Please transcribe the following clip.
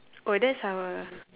oh that's our